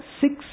six